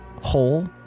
hole